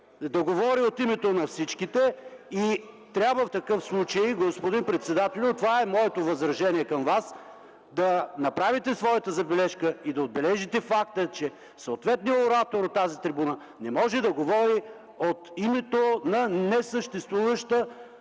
да говори от името на всички. В такъв случай, господин председателю, трябва – това е моето възражение към Вас – да направите своята забележка и да отбележите факта, че съответният оратор от тази трибуна не може да говори от името на несъществуваща